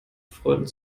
freunden